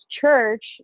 church